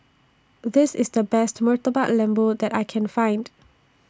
This IS The Best Murtabak Lembu that I Can Find